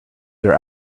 their